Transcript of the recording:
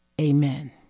amen